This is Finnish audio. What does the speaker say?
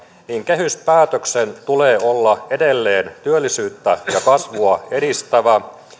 kehyspäätöksen tulee olla edelleen työllisyyttä ja kasvua edistävä